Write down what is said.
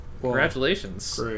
Congratulations